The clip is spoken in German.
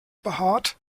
behaart